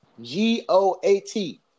g-o-a-t